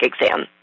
exam